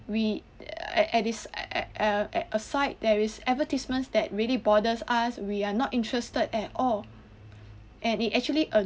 we a~ at at at uh at aside there is advertisements that really bothers us we are not interested at all and it actually a~